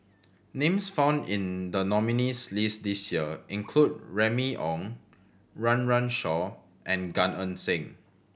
names found in the nominees' list this year include Remy Ong Run Run Shaw and Gan Eng Seng